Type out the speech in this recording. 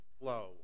flow